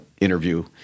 interview